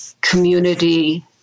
community